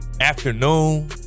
afternoon